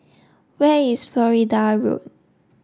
where is Florida Road